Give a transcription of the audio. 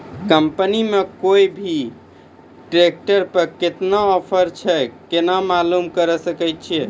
Company के कोय भी ट्रेक्टर पर केतना ऑफर छै केना मालूम करऽ सके छियै?